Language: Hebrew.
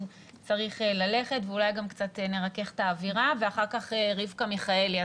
צריך ללכת ואולי גם קצת נרכך את האווירה ואחר כך רבקה מיכאלי.